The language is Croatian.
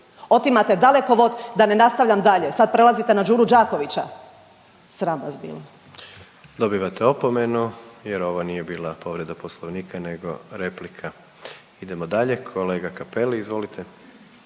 otimate dalekovod, da ne nastavljam dalje, sad prelazite na Đuru Đakovića, sram vas bilo. **Jandroković, Gordan (HDZ)** Dobivate opomenu jer ovo nije bila povreda poslovnika nego replika. Idemo dalje, kolega Cappelli izvolite.